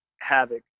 Havoc